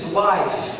life